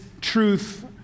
truth